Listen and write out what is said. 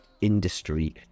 industry